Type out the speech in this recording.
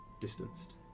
distanced